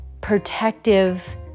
protective